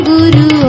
Guru